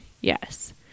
yes